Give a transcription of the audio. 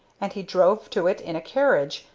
and he drove to it in a carriage,